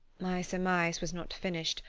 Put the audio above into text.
my surmise was not finished,